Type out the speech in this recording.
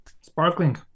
sparkling